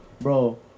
Bro